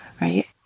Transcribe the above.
right